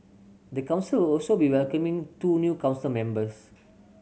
the council will also be welcoming two new council members